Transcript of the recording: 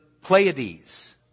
Pleiades